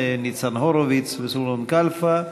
ניצן הורוביץ וזבולון כלפה.